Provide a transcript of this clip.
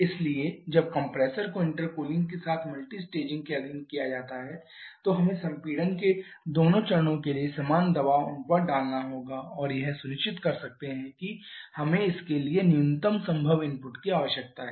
इसलिए जब कंप्रेसर को इंटरकूलिंग के साथ मल्टी स्टेजिंग के अधीन किया जाता है तो हमें संपीड़न के दोनों चरणों के लिए समान दबाव अनुपात डालना होगा और यह सुनिश्चित कर सकते हैं कि हमें इसके लिए न्यूनतम संभव इनपुट की आवश्यकता है